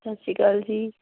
ਸਤਿ ਸ਼੍ਰੀ ਅਕਾਲ ਜੀ